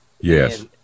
Yes